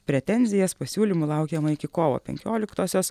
pretenzijas pasiūlymų laukiama iki kovo penkioliktosios